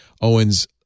Owen's